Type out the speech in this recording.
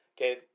Okay